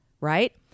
right